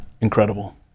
Incredible